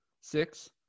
Six